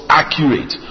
accurate